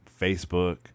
Facebook